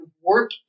work